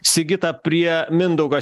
sigita prie mindaugo